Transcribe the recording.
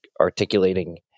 articulating